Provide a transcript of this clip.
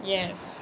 yes